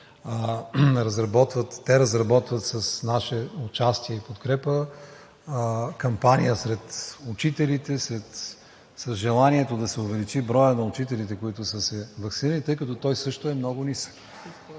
Те разработват с наше участие и подкрепа кампания сред учителите с желанието да се увеличи броят на учителите, които са се ваксинирали, тъй като той също е много нисък.